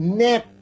net